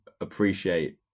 appreciate